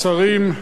שרים,